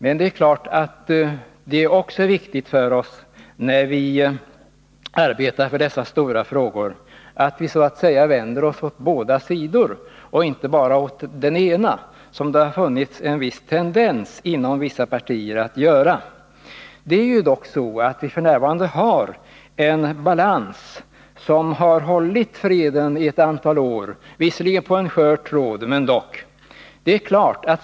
Men det är klart att det också är viktigt att vi när vi arbetar för dessa stora frågor så att säga vänder oss åt båda sidorna och inte bara åt den ena — som det har funnits en viss tendens inom vissa partier att göra. Det är dock så att vi f. n. har en balans som har bevarat freden i ett antal år — visserligen på en skör tråd, men dock.